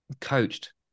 coached